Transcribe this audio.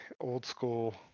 old-school